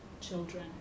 children